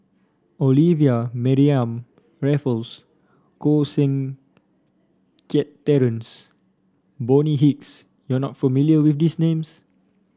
Olivia Mariamne Raffles Koh Seng Kiat Terence Bonny Hicks you are not familiar with these names